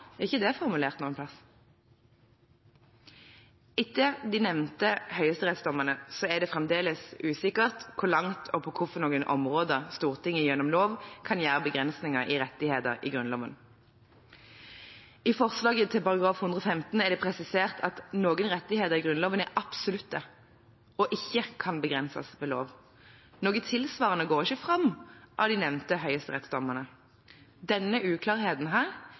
er ikke det formulert noe sted. Etter de nevnte høyesterettsdommene er det fremdeles usikkert hvor langt og på hvilke områder Stortinget gjennom lov kan gjøre begrensninger i rettigheter i Grunnloven. I forslaget til § 115 er det presisert at noen rettigheter i Grunnloven er absolutte og ikke kan begrenses ved lov. Noe tilsvarende går ikke fram av de nevnte høyesterettsdommene. Denne uklarheten